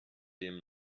denen